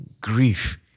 grief